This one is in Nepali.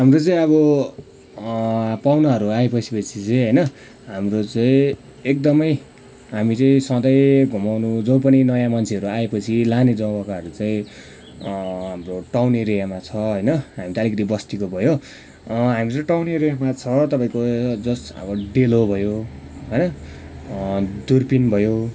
हाम्रो चाहिँ अब पाहुनाहरू आइपसेपछि चाहिँ होइन हाम्रो चाहिँ एकदमै हामी चाहिँ सधैँ घुमाउनु जो पनि नयाँ मान्छेहरू आएपछि लाने जग्गाहरू चाहिँ हाम्रो टाउन एरियामा छ होइन हामी त अलिकति बस्तीको भयो हामी चाहिँ टाउन एरियामा छ तपाईँको जस्ट अब डेलो भयो होइन दुर्पिन भयो